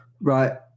Right